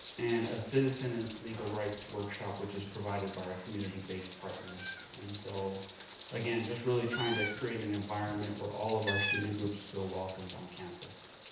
and a citizen and legal rights workshop which is provided by our community-based partners. and so again, just really trying to create an environment where all of our student groups feel welcomed on campus.